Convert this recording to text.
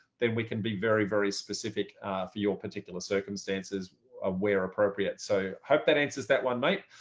then we can be very, very specific for your particular circumstances ah where appropriate, so hope that answers that one, mate.